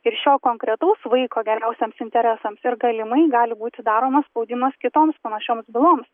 ir šio konkretaus vaiko geriausiems interesams ir galimai gali būti daromas spaudimas kitoms panašioms byloms